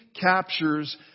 captures